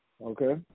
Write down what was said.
Okay